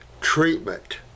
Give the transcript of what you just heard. treatment